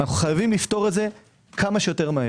אנו חייבים לפתור זאת כמה שיותר מהר.